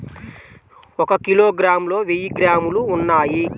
ఒక కిలోగ్రామ్ లో వెయ్యి గ్రాములు ఉన్నాయి